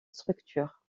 structure